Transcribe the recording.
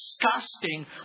disgusting